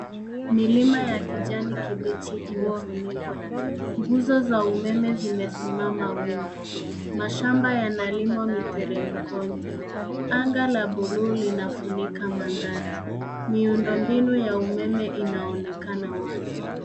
Milima ya kijani kibichi imefunikwa. Nguzo za umeme zimesimama wima. Mashamba yanalimwa miteremikoni, anga la buluu linafunika mandhari. Miundo mbinu ya umeme inaonekana wazi.